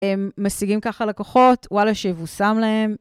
הם משיגים ככה לקוחות, וואלה שיבוסם להם.